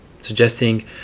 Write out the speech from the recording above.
suggesting